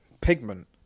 pigment